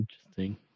interesting